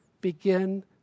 begin